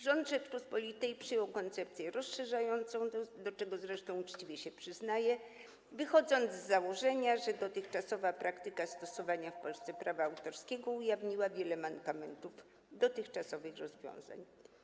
Rząd Rzeczypospolitej przyjął koncepcję rozszerzającą, do czego zresztą uczciwie się przyznaje, wychodząc z założenia, że praktyka stosowania w Polsce prawa autorskiego ujawniła wiele mankamentów dotychczasowych rozwiązań.